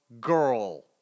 Girl